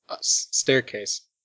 Staircase